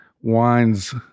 wines